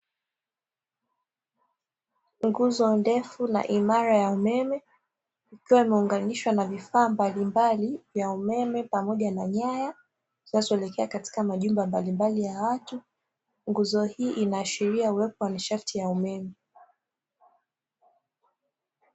Nguzo ndefu na imara ya umeme, ikiwa imeunganishwa na vifaa mbalimbali vya umeme pamoja na nyaya, zinazoelekea katika majumba mbalimbali ya watu. Nguzo hii inaashiria uwepo wa nishati ya umeme.